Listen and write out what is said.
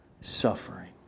suffering